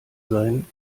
sein